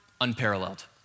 unparalleled